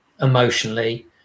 emotionally